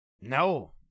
No